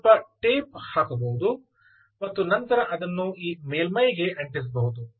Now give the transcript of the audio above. ನೀವು ಇಲ್ಲಿ ಸ್ವಲ್ಪ ಟೇಪ್ ಹಾಕಬಹುದು ಮತ್ತು ನಂತರ ಅದನ್ನು ಈ ಮೇಲ್ಮೈಗೆ ಅಂಟಿಸಬಹುದು